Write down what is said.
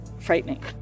frightening